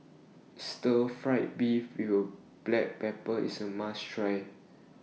Stir Fry Beef We Will Black Pepper IS A must Try